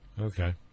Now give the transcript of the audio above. Okay